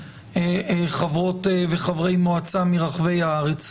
חברות וחברי מועצה מרחבי הארץ.